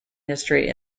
history